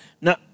Now